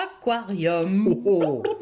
aquarium